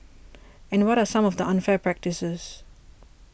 and what are some of the unfair practices